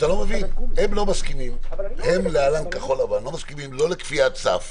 הם (להלן כחול לבן) לא מסכימים לא לקביעת סף,